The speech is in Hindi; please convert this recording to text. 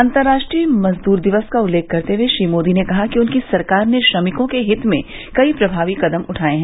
अंतर्राष्ट्रीय मज़दूर दिवस का उल्लेख करते हुए श्री मोदी ने कहा कि उनकी सरकार ने श्रमिकों के हित में कई प्रभावी कदम उठाये है